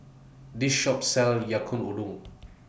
This Shop sells Yaki Udon